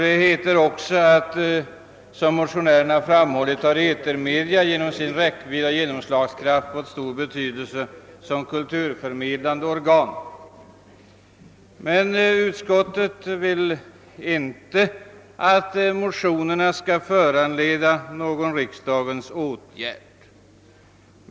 Utskottet skriver också följande: »Som motionärerna framhållit har etermedia genom sin räckvidd och genomslagskraft fått stor betydelse som kulturförmediande organ.» Utskottet anser emellertid inte att motionerna bör föranleda någon riksdagens åtgärd.